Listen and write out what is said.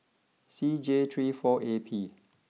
C J three four A P